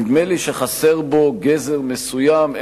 נדמה לי שחסר בו גזר מסוים,